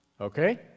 Okay